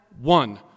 one